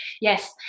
Yes